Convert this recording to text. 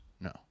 No